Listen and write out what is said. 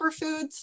superfoods